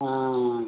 ஆ